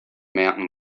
mountain